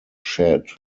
shed